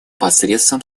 посредством